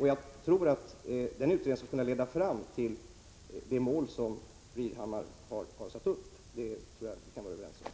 Jag tror att det arbetet skall kunna leda fram till det mål som fru Irhammar och jag tydligen är överens om.